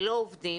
ולא עובדים,